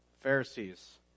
Pharisees